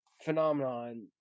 Phenomenon